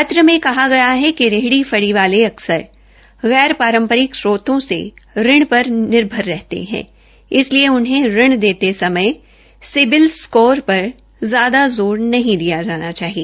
पत्र में कहा गया है कि रेहड़ी फड़ी वाले अक्सर गैर पारम्परिक स्त्रोतो से ऋण पर निर्भर रहते है इसलिए उन्हें ऋण देते समय सिबिल स्कोर पर ज्यादा ज़ोर नहीं दिया जाना चाहिए